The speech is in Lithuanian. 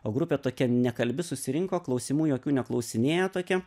o grupė tokia nekalbi susirinko klausimų jokių neklausinėja tokia